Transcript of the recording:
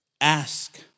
ask